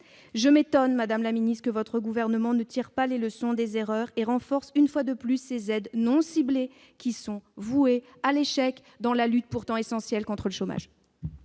Je m'étonne, madame la ministre, que le Gouvernement ne tire pas les leçons des erreurs passées et renforce, une fois de plus, ces aides non ciblées qui sont vouées à l'échec dans la lutte, pourtant essentielle, contre le chômage.